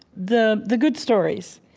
the the good stories,